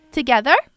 Together